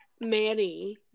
Manny